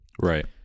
Right